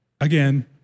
again